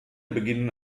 beginnen